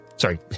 Sorry